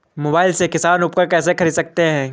Mobile से किसान उपकरण कैसे ख़रीद सकते है?